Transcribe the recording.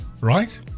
right